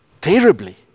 terribly